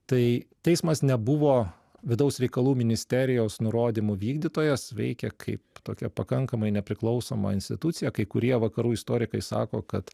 tai teismas nebuvo vidaus reikalų ministerijos nurodymų vykdytojas veikia kaip tokia pakankamai nepriklausoma institucija kai kurie vakarų istorikai sako kad